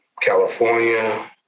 California